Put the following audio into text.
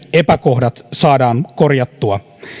epäkohdat saadaan korjattua